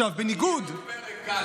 יהיה עוד פרק כאן,